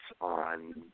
on